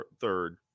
third